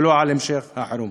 ולא על המשך החירום.